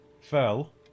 fell